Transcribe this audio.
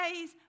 ways